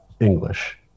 English